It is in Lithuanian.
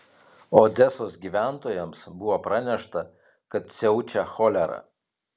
odesos gyventojams buvo pranešta kad siaučia cholera